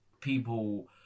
people